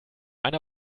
einer